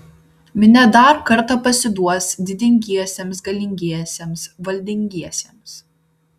minia dar kartą pasiduos didingiesiems galingiesiems valdingiesiems